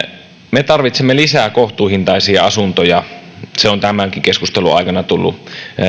me tarvitsemme lisää kohtuuhintaisia asuntoja se on tämänkin keskustelun aikana tullut